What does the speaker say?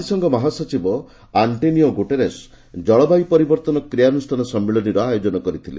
ଜାତିସଂଘ ମହାସଚିବ Antonio Guterres ଜଳବାୟୁ ପରିବର୍ତ୍ତନ କ୍ରିୟାନୁଷ୍ଠାନ ସମ୍ମିଳନୀର ଆୟୋଜନ କରିଥିଲେ